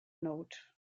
note